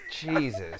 Jesus